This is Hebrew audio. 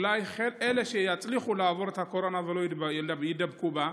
אולי אלה שיצליחו לעבור את הקורונה ולא יידבקו בה,